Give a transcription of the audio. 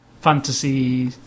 fantasy